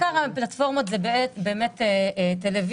עיקר הפלטפורמות זה טלוויזיה,